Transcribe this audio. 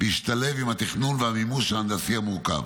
להשתלב עם התכנון והמימוש ההנדסי המורכב.